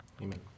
Amen